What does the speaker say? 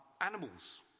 animals